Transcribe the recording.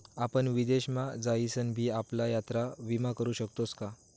आपण विदेश मा जाईसन भी आपला यात्रा विमा करू शकतोस का?